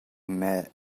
met